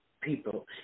people